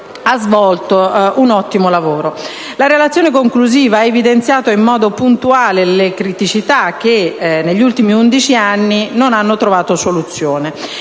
appunto un ottimo lavoro. La Relazione conclusiva ha evidenziato in modo puntuale le criticità che, negli ultimi undici anni, non hanno trovato soluzione.